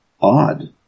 odd